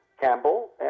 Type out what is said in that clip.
Campbell